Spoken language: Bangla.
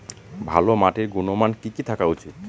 ভালো মাটির গুণমান কি কি থাকা উচিৎ?